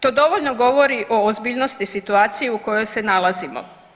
To dovoljno govori o ozbiljnosti situacije u kojoj se nalazimo.